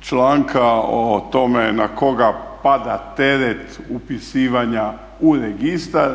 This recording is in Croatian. članka o tome na koga pada teret upisivanja u registar,